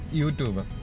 YouTube